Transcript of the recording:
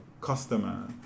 customer